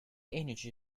energy